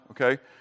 Okay